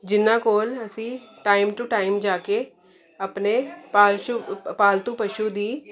ਜਿਹਨਾਂ ਕੋਲ ਅਸੀਂ ਟਾਈਮ ਟੂ ਟਾਈਮ ਜਾ ਕੇ ਆਪਣੇ ਪਾਲਤੂ ਪਾਲਤੂ ਪਸ਼ੂ ਦੀ